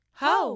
ho